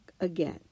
again